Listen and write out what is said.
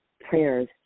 prayers